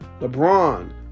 LeBron